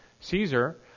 Caesar